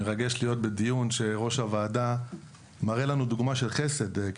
מרגש להיות בדיון שראש הוועדה מראה לנו דוגמה של חסד.